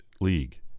League